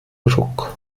ruck